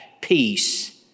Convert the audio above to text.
peace